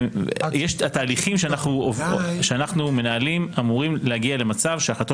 והתהליכים שאנחנו מנהלים אמורים להגיע למצב שההחלטות